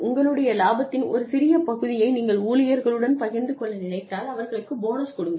உங்களுடைய இலாபத்தின் ஒரு சிறிய பகுதியை நீங்கள் ஊழியர்களுடன் பகிர்ந்து கொள்ள நினைத்தால் அவர்களுக்கு போனஸ் கொடுங்கள்